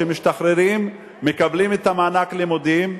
כשמשתחררים מקבלים את מענק הלימודים,